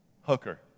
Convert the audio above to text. Hooker